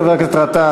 חבר הכנסת גטאס,